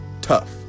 tough